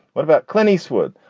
what about clint eastwood?